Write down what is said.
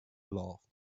laughed